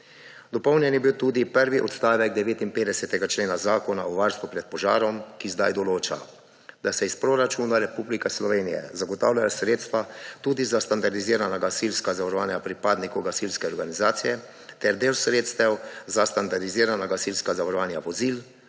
Dopolnjen je bil tudi prvi odstavek 59. člena Zakona o varstvu pred požarom, ki zdaj določa, da se iz proračuna Republike Slovenije zagotavljajo sredstva tudi za standardizirana gasilska zavarovanja pripadnikov gasilske organizacije ter del sredstev za standardizirana gasilska zavarovanja vozil,